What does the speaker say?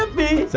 um me